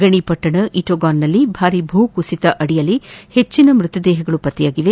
ಗಣಿಪಟ್ಟಣ ಇಟೋಗಾನ್ನಲ್ಲಿ ಭಾರೀ ಭೂಕುಸಿತಗಳ ಅಡಿಯಲ್ಲಿ ಹೆಚ್ಚಿನ ಮೃತದೇಹಗಳು ಪತ್ತೆಯಾಗಿವೆ